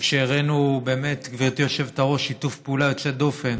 הראינו, גברתי היושבת-ראש, שיתוף פעולה יוצא דופן